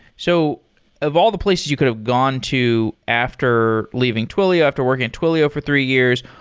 so of all the places you could have gone to after leaving twilio, after working at twilio for three years,